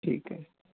ਠੀਕ ਹੈ